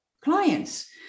clients